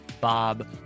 bob